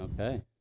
Okay